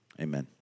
amen